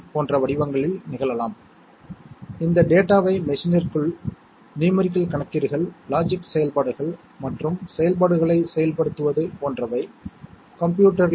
high ஆகக் கருதப்படுவதற்கு அது ஹை வோல்ட்டேஜ் ஆக இருக்க வேண்டும் என்று அர்த்தமல்ல லோ வோல்ட்டேஜ் கூட ஹை ஆகக் கருதப்படலாம் அது நாம் எந்த மரபைப் பின்பற்றுகிறோம் என்பதைப் பொறுத்தது